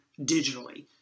digitally